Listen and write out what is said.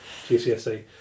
GCSE